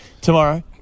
tomorrow